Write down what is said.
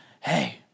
Hey